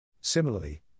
Similarly